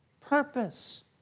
purpose